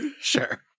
sure